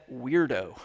weirdo